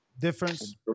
Difference